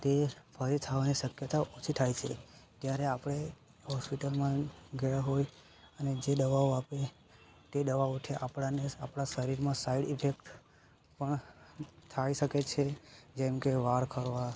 તે ફરી થવાની શક્યતા ઓછી થાય છે ત્યારે આપણે હોસ્પિટલમાં ગયા હોય અને જે દવાઓ આપે તે દવાઓથી આપણને આપણાં શરીરમાં સાઈડ ઇફેક્ટ પણ થઈ શકે છે જેમકે વાળ ખરવા